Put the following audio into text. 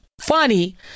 funny